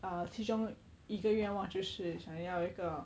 uh 其中一个愿望就是想要一个